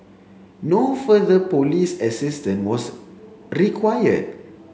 no further police assistance was required